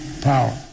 power